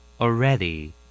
Already